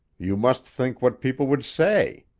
you must think what people would say!